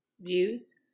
views